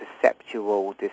perceptual